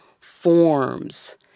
forms